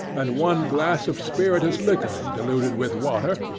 and one glass of spirituous liquors diluted with water,